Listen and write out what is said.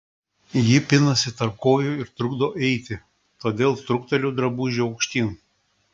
ji pinasi tarp kojų ir trukdo eiti todėl trukteliu drabužį aukštyn